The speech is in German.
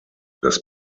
das